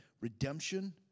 redemption